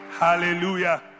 Hallelujah